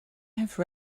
have